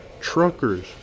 truckers